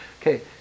okay